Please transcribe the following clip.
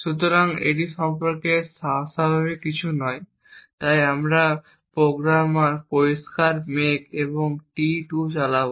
সুতরাং এটি সম্পর্কে অস্বাভাবিক কিছু নয় তাই আমরা পরিষ্কার মেক এবং টি 2 চালাব